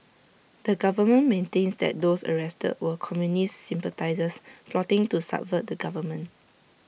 the government maintains that those arrested were communist sympathisers plotting to subvert the government